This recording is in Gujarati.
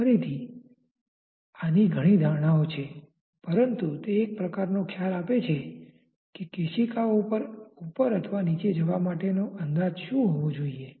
ફરીથી આના ઘણી ધારણાઓ છે પરંતુ તે એક પ્રકારનો ખ્યાલ આપે છે કે કેશિકાઓ ઉપર અથવા નીચે જવા માટેનો અંદાજ શું હોવો જોઈએ